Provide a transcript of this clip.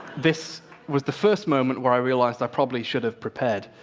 this was the first moment where i realized i probably should have prepared.